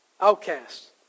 outcasts